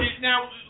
now